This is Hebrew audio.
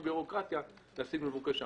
עם הבירוקרטיה על מנת להשיג את מבוקשם.